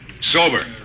Sober